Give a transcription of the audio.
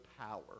power